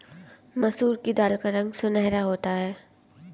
मसूर की दाल का रंग सुनहरा होता है